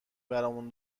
برامون